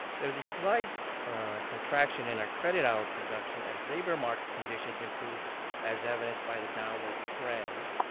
there's a slight contraction in our credit hour production as labor market conditions improve as evidenced by the downward trend